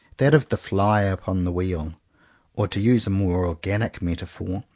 that of the fly upon the wheel or to use a more organic metaphor,